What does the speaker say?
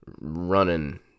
running